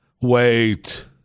Wait